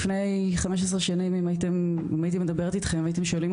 לפני 15 שנים אם הייתי מדברת איתכם הייתם שואלים